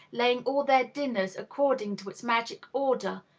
laying all their dinners according to its magic order,